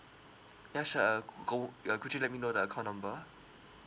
ya sure uh go uh could you let me know the account number